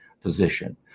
position